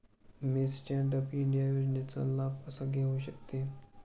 मी stand up India योजनेचा लाभ कसा घेऊ शकते